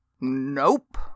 Nope